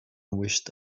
wished